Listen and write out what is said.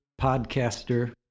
podcaster